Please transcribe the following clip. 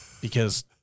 because-